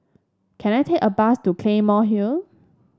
can I take a bus to Claymore Hill